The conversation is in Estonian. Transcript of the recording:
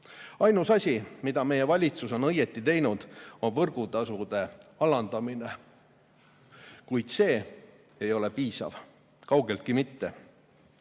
Ainus asi, mida meie valitsus on õieti teinud, on võrgutasude alandamine. Kuid see ei ole piisav, kaugeltki mitte. EKRE